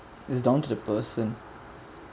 it's down to the person